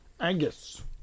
Angus